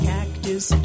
Cactus